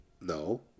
No